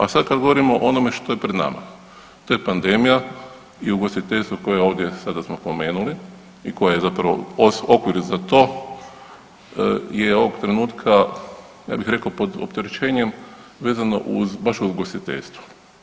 A sad kad govorimo o onome što je pred nama, to je pandemija i ugostiteljstvo koje ovdje sada smo pomenuli i koje zapravo …/nerazumljivo/… za to je ovog trenutka ja bih rekao pod opterećenjem vezano uz, baš uz ugostiteljstvo.